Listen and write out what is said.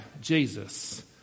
Jesus